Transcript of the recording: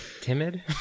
timid